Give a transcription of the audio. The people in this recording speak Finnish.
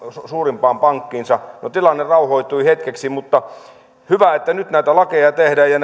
suurimpaan pankkiinsa no tilanne rauhoittui hetkeksi mutta hyvä että nyt näitä lakeja tehdään ja